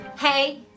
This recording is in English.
Hey